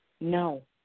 No